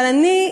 אבל אני,